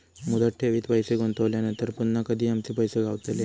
मुदत ठेवीत पैसे गुंतवल्यानंतर पुन्हा कधी आमचे पैसे गावतले?